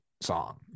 song